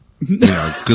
No